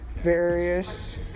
various